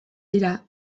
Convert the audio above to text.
dira